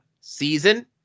season